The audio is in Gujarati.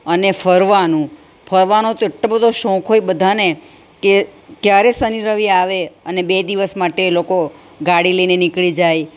અને ફરવાનું ફરવાનો તો એટલો બધો શોખ હોય બધાને કે ક્યારે શનિ રવિ આવે અને બે દિવસ માટે એ લોકો ગાડી લઈને નીકળી જાય